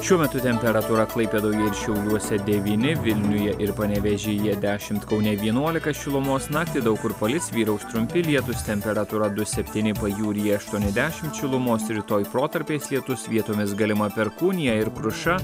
šiuo metu temperatūra klaipėdoj šiauliuose devyni vilniuje ir panevėžyje dešimt kaune vienuolika šilumos naktį daug kur palis vyraus trumpi lietūs temperatūra du septyni pajūryje aštuoni dešimt šilumos rytoj protarpiais lietus vietomis galima perkūnija ir kruša